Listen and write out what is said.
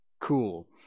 cool